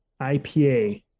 IPA